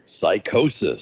Psychosis